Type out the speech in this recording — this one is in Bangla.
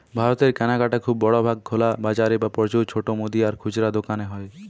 ভারতের কেনাকাটা খুব বড় ভাগ খোলা বাজারে বা প্রচুর ছোট মুদি আর খুচরা দোকানে হয়